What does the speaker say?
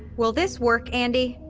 will this work, andi?